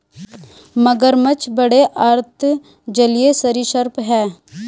मगरमच्छ बड़े अर्ध जलीय सरीसृप हैं